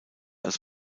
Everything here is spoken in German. als